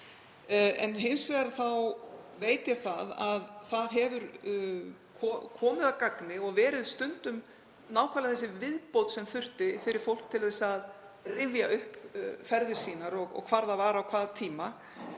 en hins vegar veit ég að það hefur komið að gagni og stundum verið nákvæmlega sú viðbót sem þurfti fyrir fólk til að rifja upp ferðir sínar og hvar það var á hvaða tíma.